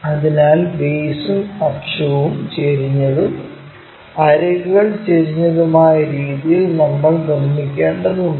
അതിനാൽ ബേസും അക്ഷവും ചെരിഞ്ഞതും അരികുകൾ ചെരിഞ്ഞതുമായ രീതിയിൽ നമ്മൾ നിർമ്മിക്കേണ്ടതുണ്ട്